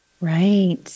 Right